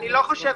אני לא חושב.